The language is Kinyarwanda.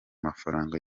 mafaranga